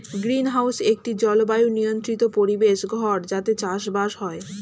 greenhouse একটি জলবায়ু নিয়ন্ত্রিত পরিবেশ ঘর যাতে চাষবাস হয়